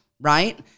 right